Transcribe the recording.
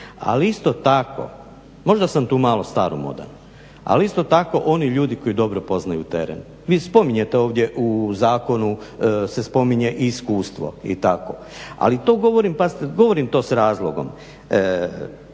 ali isto tako možda sam tu malo staromodan. Ali isto tako oni ljudi koji vrlo dobro poznaju teren. Vi spominjete ovdje u zakonu se spominje iskustvo i tako, ali to govorim. To govorim s razlogom.